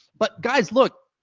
but, guys, look.